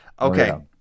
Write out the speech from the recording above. okay